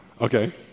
Okay